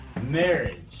Marriage